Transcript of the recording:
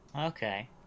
Okay